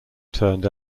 turned